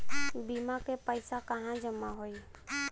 बीमा क पैसा कहाँ जमा होई?